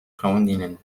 freundinnen